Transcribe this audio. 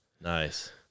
Nice